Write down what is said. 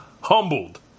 humbled